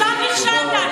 שם נכשלת.